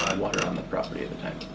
and water on the property at the time.